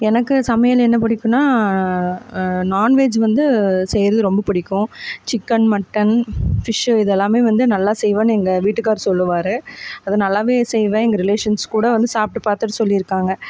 எனக்கு சமையல் என்ன பிடிக்குன்னா நான்வெஜ் வந்து செய்யறது ரொம்ப பிடிக்கும் சிக்கன் மட்டன் ஃபிஷ் இது எல்லாமே வந்து நல்லா செய்வேன்னு எங்க வீட்டுக்காரர் சொல்லுவார் அது நல்லாவே செய்வேன் எங்கள் ரிலேஷன்ஸ் கூட வந்து சாப்பிட்டு பார்த்துட்டு சொல்லியிருக்காங்க